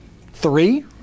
three